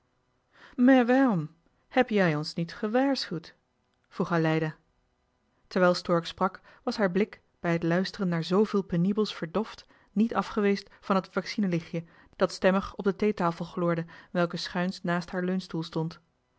heb jij ons niet gewaarschuwd vroeg aleida terwijl stork sprak was haar blik bij het luisteren naar zveel penibels verdoft niet af geweest van het waxinelichtje dat stemmig op de theetafel gloorde welke schuins naast haar leunstoel stond